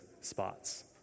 spots